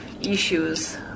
issues